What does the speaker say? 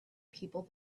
people